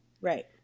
Right